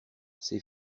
ses